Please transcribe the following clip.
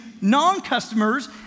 non-customers